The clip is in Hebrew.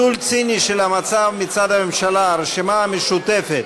מצד הממשלה, הרשימה המשותפת.